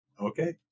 Okay